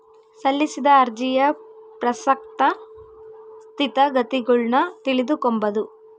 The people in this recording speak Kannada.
ಸಲ್ಲಿಸಿದ ಅರ್ಜಿಯ ಪ್ರಸಕ್ತ ಸ್ಥಿತಗತಿಗುಳ್ನ ತಿಳಿದುಕೊಂಬದು